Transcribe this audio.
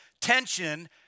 tension